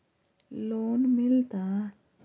Loan मिलता?